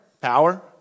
power